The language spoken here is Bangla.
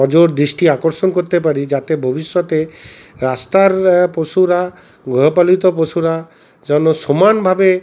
নজর দৃষ্টি আকর্ষণ করতে পারি যাতে ভবিষ্যতে রাস্তার পশুরা গৃহপালিত পশুরা যেন সমানভাবে